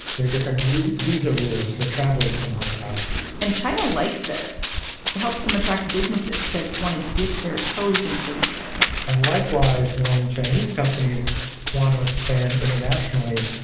there are different visa rules for travelers from hong kong and china likes this helps them attract businesses that want to dip their toes into the region and likewise, when chinese companies want to expand internationally,